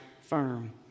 firm